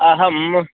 अहम्